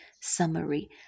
summary